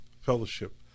fellowship